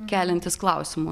keliantis klausimų